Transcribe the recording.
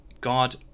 God